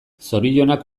zorionak